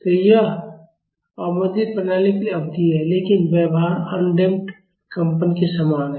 तो यह अवमंदित प्रणाली के लिए अवधि है लेकिन व्यवहार अनडम्प्ड कंपन के समान है